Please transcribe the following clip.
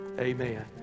Amen